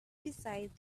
beside